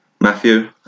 Matthew